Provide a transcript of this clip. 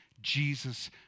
Jesus